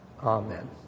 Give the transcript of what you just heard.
Amen